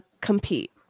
compete